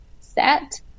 set